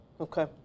Okay